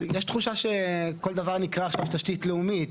יש תחושה שכל דבר עכשיו נקרא תשתית לאומית,